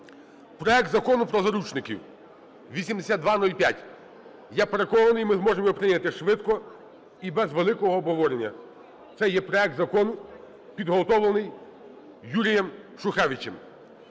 проект Закону про заручників (8205). Я переконаний, ми зможемо його прийняти швидко і без великого обговорення. Це є проект закону підготовлений Юрієм Шухевичем.